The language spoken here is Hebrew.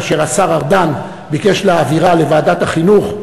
כאשר השר ארדן ביקש להעבירה לוועדת החינוך,